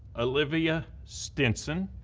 olivia stinson,